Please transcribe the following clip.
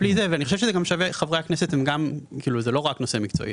זה לא רק נושא מקצועי.